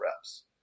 reps